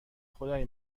خدای